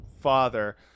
father